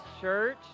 Church